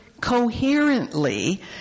coherently